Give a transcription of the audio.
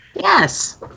Yes